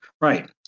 Right